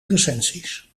recensies